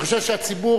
אני חושב שהציבור